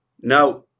Now